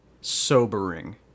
sobering